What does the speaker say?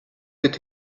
with